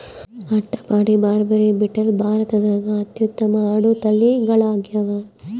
ಅಟ್ಟಪಾಡಿ, ಬಾರ್ಬರಿ, ಬೀಟಲ್ ಭಾರತದಾಗ ಅತ್ಯುತ್ತಮ ಆಡು ತಳಿಗಳಾಗ್ಯಾವ